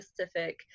specific